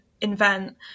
invent